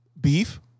beef